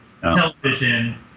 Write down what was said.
Television